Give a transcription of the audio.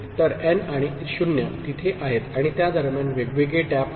तर एन आणि 0 तिथे आहेत आणि त्या दरम्यान वेगवेगळे टॅप आहेत